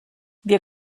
wir